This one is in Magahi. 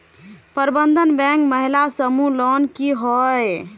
प्रबंधन बैंक महिला समूह लोन की होय?